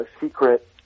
secret